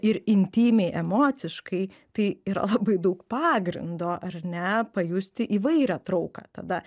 ir intymiai emociškai tai yra labai daug pagrindo ar ne pajusti įvairią trauką tada